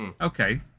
Okay